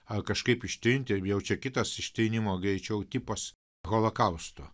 ar kažkaip ištrinti jaučia kitas ištrynimo greičiau tipas holokausto